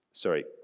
Sorry